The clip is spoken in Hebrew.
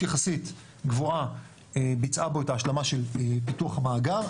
יחסית גבוהה היא ביצעה בו את ההשלמה של פיתוח המאגר,